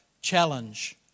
challenge